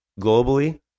globally